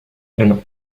and